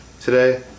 today